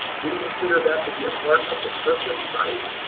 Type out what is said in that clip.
we consider that to be a part of the purchase price.